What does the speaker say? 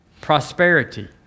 Prosperity